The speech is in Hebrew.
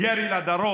ירי לדרום